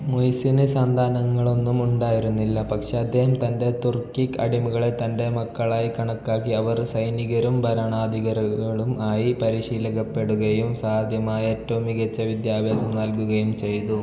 മുയിസിന് സന്താനങ്ങളൊന്നും ഉണ്ടായിരുന്നില്ല പക്ഷേ അദ്ദേഹം തൻ്റെ തുർക്കിക് അടിമകളെ തൻ്റെ മക്കളായി കണക്കാക്കി അവർ സൈനികരും ഭരണാധികരകളും ആയി പരിശീലകപ്പെടുകയും സാധ്യമായ ഏറ്റവും മികച്ച വിദ്യാഭ്യാസം നൽകുകയും ചെയ്തു